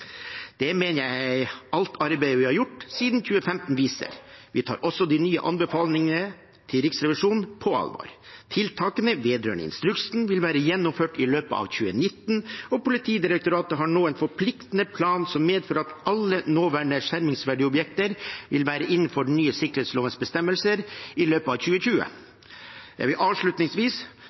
Det mener jeg alt arbeidet vi har gjort siden 2015, viser. Vi tar også de nye anbefalingene til Riksrevisjonen på alvor. Tiltakene vedrørende instruksen vil være gjennomført i løpet av 2019, og Politidirektoratet har nå en forpliktende plan som medfører at alle nåværende skjermingsverdige objekter vil være innenfor den nye sikkerhetslovens bestemmelser i løpet av 2020. Jeg vil avslutningsvis